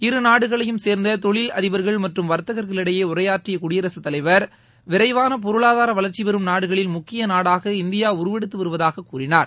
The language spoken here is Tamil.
இருநாடுகளையும் சேர்ந்த தொழில் அதிடர்கள் மற்றும் வர்த்தகர்களிடையே உரையாற்றிய குடியரகத் தலைவர் வினரவான பொருளாதார வளர்ச்சிபெறும் நாடுகளில் முக்கிய நாடாக இந்தியா உருவெடுத்துவருவதாக கூறினார்